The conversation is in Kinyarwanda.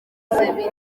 abiri